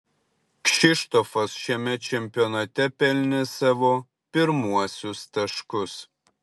kšištofas šiame čempionate pelnė savo pirmuosius taškus